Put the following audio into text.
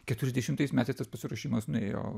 keturiasdešimtais metais tas pasiruošimas nuėjo